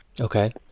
Okay